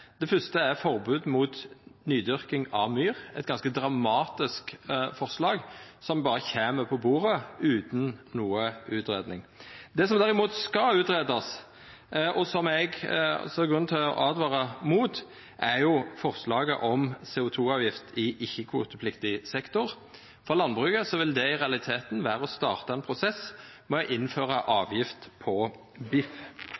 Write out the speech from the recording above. Det første er forbod mot nydyrking av myr. Det er eit ganske dramatisk forslag som berre kjem på bordet utan noka utgreiing. Det som derimot skal greiast ut, og som eg ser grunn til å åtvara mot, er forslaget om CO 2 -avgift i ikkje-kvotepliktig sektor. For landbruket vil det i realiteten vera å starta ein prosess med å